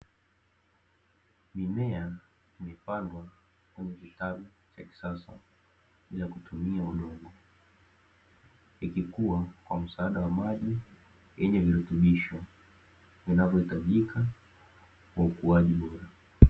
Mimea iliyopandwa kwenye kitalu cha kisasa bila kutumia udongo, ikikua kwa msaada wa maji yenye virutubisho vinavyohitajika kwa ukuaji bora.